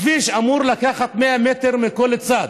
הכביש אמור לקחת 100 מטר מכל צד.